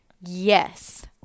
Yes